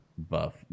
Buff